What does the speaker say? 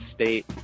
State